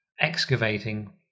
excavating